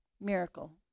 Miracle